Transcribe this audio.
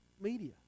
media